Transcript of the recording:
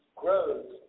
grows